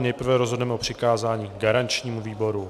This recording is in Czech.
Nejprve rozhodneme o přikázání garančnímu výboru.